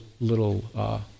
little